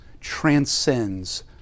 transcends